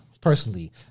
Personally